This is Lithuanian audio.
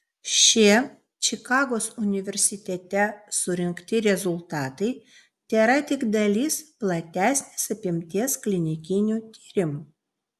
šie čikagos universitete surinkti rezultatai tėra tik dalis platesnės apimties klinikinių tyrimų